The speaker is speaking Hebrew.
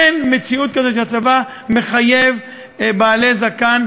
אין מציאות כזאת שהצבא מחייב בעלי זקן